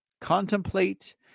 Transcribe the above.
contemplate